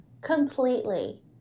Completely